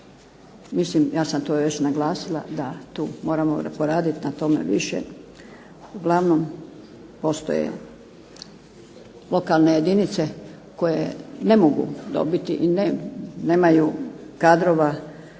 Mislim, ja sam to još naglasila da tu moramo poraditi na tome više. Ali uglavnom postoje lokalne jedinice koje ne mogu dobiti i nemaju kadrova